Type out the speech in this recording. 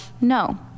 No